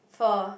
four